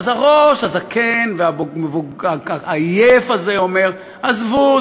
אז הראש הזקן והעייף הזה אומר: עזבו,